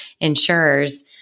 insurers